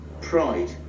Pride